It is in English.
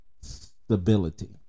stability